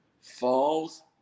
falls